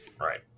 right